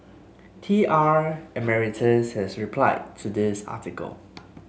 T R Emeritus has replied to this article